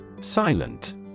Silent